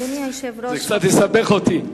זה קצת יסבך אותי.